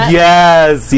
yes